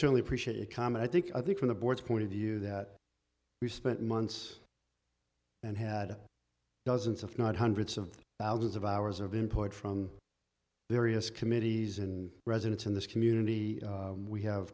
certainly appreciate it common i think i think from the board's point of view that we spent months and had dozens if not hundreds of thousands of hours of input from there has committees and residents in this community we have